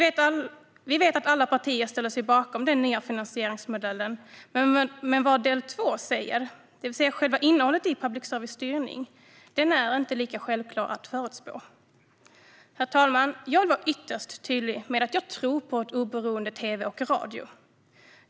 Vi vet att alla partier ställer sig bakom den nya finansieringsmodellen, men vad del två säger - det vill säga själva innehållet i public services styrning - är inte lika självklart att förutspå. Herr talman! Jag vill vara ytterst tydlig med att jag tror på en oberoende tv och radio.